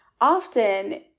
often